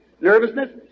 Nervousness